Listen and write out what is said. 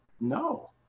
no